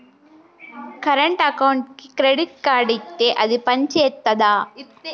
Current అకౌంట్కి credit card ఇత్తే అది పని చేత్తదా?